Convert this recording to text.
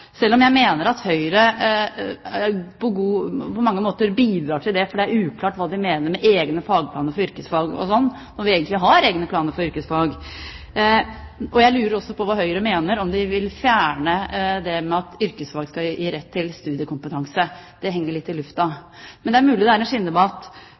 Jeg mener at Høyre på mange måter bidrar til det, for det er uklart hva de mener med egne fagplaner for yrkesfag og sånn, når vi egentlig har egne planer for yrkesfag. Jeg lurer også på om Høyre vil fjerne det med at yrkesfag skal gi rett til studiekompetanse – det henger litt i